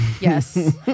Yes